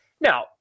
Now